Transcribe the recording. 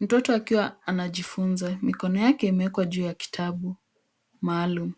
Mtoto akiwa anajifunza. Mikono yake imewekwa juu yakitabu maalum